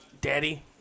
daddy